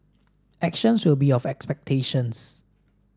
actions will be of expectations